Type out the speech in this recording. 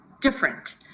different